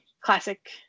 classic